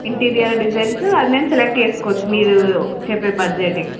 interior designs అది మేము select చేసుకోవచ్చు మీరు చెప్పే బడ్జెటే